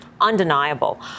undeniable